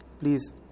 Please